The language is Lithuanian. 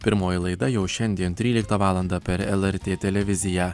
pirmoji laida jau šiandien tryliktą valandą per lrt televiziją